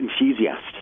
enthusiast